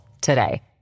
today